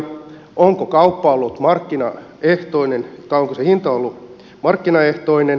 onko kauppa ollut markkinaehtoinen tai onko se hinta ollut markkinaehtoinen